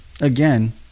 again